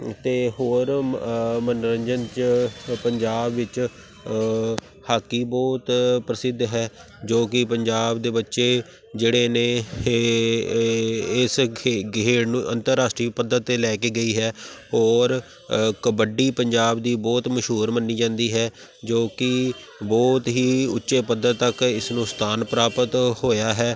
ਅਤੇ ਹੋਰ ਮ ਮਨੋਰੰਜਨ 'ਚ ਪੰਜਾਬ ਵਿੱਚ ਹਾਕੀ ਬਹੁਤ ਪ੍ਰਸਿੱਧ ਹੈ ਜੋ ਕਿ ਪੰਜਾਬ ਦੇ ਬੱਚੇ ਜਿਹੜੇ ਨੇ ਹੇ ਇਹ ਇਸ ਖੇ ਖੇਡ ਨੂੰ ਅੰਤਰਰਾਸ਼ਟਰੀ ਪੱਧਰ 'ਤੇ ਲੈ ਕੇ ਗਈ ਹੈ ਔਰ ਕਬੱਡੀ ਪੰਜਾਬ ਦੀ ਬਹੁਤ ਮਸ਼ਹੂਰ ਮੰਨੀ ਜਾਂਦੀ ਹੈ ਜੋ ਕਿ ਬਹੁਤ ਹੀ ਉੱਚੇ ਪੱਧਰ ਤੱਕ ਇਸਨੂੰ ਸਥਾਨ ਪ੍ਰਾਪਤ ਹੋਇਆ ਹੈ